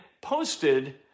posted